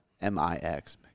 M-I-X